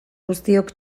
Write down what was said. guztiok